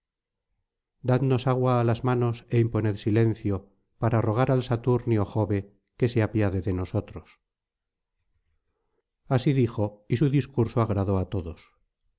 dadnos agua á las manos é imponed silencio para rogar al saturnio jove que se apiade de nosotros así dijo y su discurso agradó á todos los